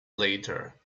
later